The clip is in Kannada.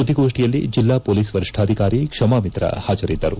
ಸುದ್ದಿಗೋಷ್ಠಿಯಲ್ಲಿ ಜಿಲ್ಲಾ ಪೊಲೀಸ್ ವರಿಷ್ಠಾಧಿಕಾರಿ ಕ್ಷಮಾಮಿಶ್ರ ಹಾಜರಿದ್ದರು